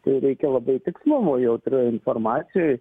tai reikia labai tikslumo jautrioj informacijoj